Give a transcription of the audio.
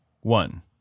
one